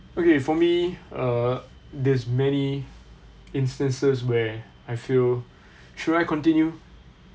okay for me uh there's many instances where I feel should I continue